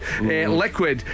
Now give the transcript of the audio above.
liquid